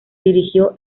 dirigió